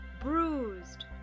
bruised